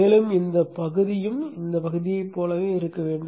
மேலும் இந்தப் பகுதியும் இந்தப் பகுதியைப் போலவே இருக்க வேண்டும்